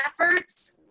efforts